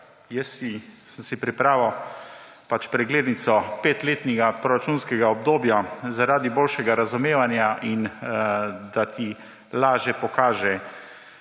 Jaz sem si pripravil preglednico petletnega proračunskega obdobja zaradi boljšega razumevanja, da se lažje pokažejo